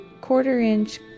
quarter-inch